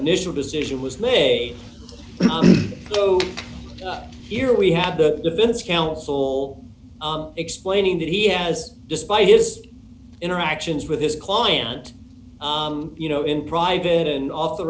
initial decision was lay so here we have the defense counsel explaining that he has despite his interactions with his client you know in private and off the